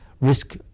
risk